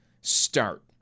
start